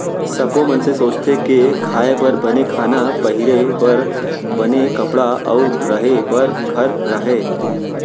सब्बो मनसे सोचथें के खाए बर बने खाना, पहिरे बर बने कपड़ा अउ रहें बर घर रहय